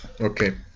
Okay